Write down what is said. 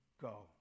go